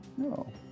No